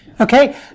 Okay